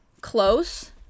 close